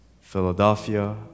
philadelphia